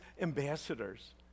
ambassadors